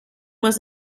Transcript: was